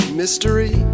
mystery